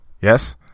Yes